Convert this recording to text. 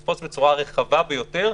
לתפוס בצורה רחבה ביותר,